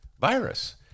virus